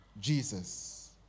Jesus